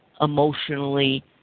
emotionally